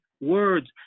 words